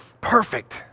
perfect